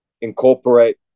incorporate